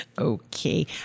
Okay